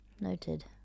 Noted